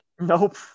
Nope